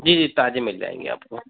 जी जी ताजे मिल जायेंगे आपको